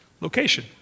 location